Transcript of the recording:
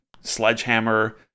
sledgehammer